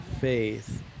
Faith